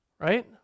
right